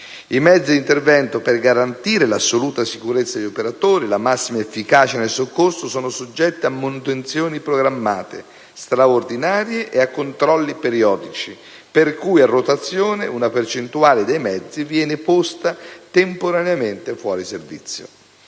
I mezzi d'intervento per garantire l'assoluta sicurezza degli operatori e la massima efficacia nel soccorso sono soggetti a manutenzioni programmate, straordinarie e a controlli periodici, per cui, a rotazione, una percentuale dei mezzi viene posta temporaneamente fuori servizio.